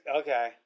okay